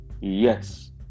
Yes